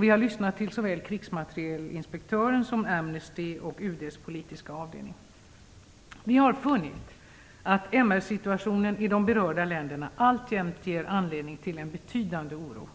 Vi har lyssnat till såväl krigsmaterielinspektören som Amnesty och UD:s politiska avdelning. Vi har funnit att MR-situationen i de berörda länderna alltjämt ger anledning till betydande oro.